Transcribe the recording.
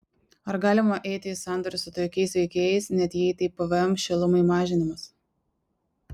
ar galima eiti į sandorius su tokiais veikėjais net jei tai pvm šilumai mažinimas